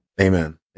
Amen